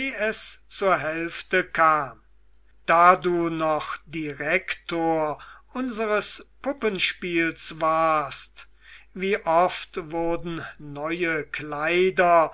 es zur hälfte kam da du noch direktor unsers puppenspiels warst wie oft wurden neue kleider